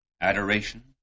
adoration